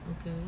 okay